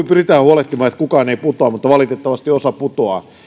pyritään huolehtimaan että kukaan ei putoa mutta valitettavasti osa putoaa